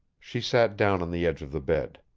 she sat down on the edge of the bed.